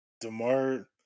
DeMar